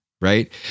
right